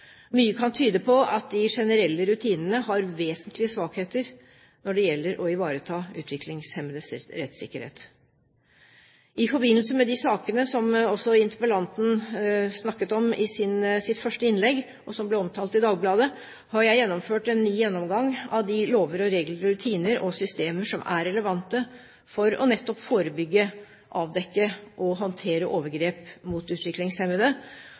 Mye kan tyde på at de generelle rutinene har vesentlige svakheter når det gjelder å ivareta utviklingshemmedes rettssikkerhet. I forbindelse med de sakene som også interpellanten snakket om i sitt første innlegg, og som ble omtalt i Dagbladet, har jeg gjennomført en ny gjennomgang av de lover, regler, rutiner og systemer som er relevante nettopp for å forebygge, avdekke og håndtere overgrep mot utviklingshemmede,